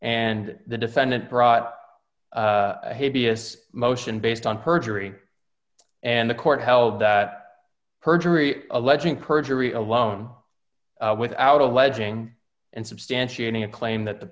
and the defendant brought a hideous motion based on perjury and the court held that perjury alleging perjury alone without alleging and substantiating a claim that the